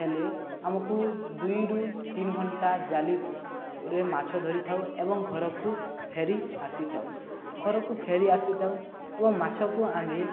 ହେଲେ ଆମକୁ ଦୁଇରୁ ତିନି ଘଣ୍ଟା ଜାଲରେ ମାଛ ଧରିଥାଉ ଏବଂ ଘରକୁ ଫେରି ଆସିଥାଉ ଘରକୁ ଫେରି ଆସିଥାଉ ଏବଂ ମାଛକୁ ଆମେ